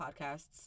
Podcasts